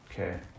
Okay